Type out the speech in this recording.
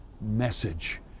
message